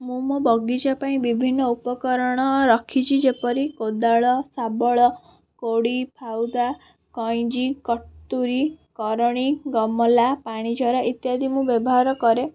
ମୁଁ ମୋ ବଗିଚା ପାଇଁ ବିଭିନ୍ନ ଉପକରଣ ରଖିଛି ଯେପରି କୋଦାଳ ଶାବଳ କୋଡ଼ି ଫାଉଦା କଇଁଚି କତୁରୀ କରଣି ଗମଲା ପାଣିଝର ଇତ୍ୟାଦି ମୁଁ ବ୍ୟବହାର କରେ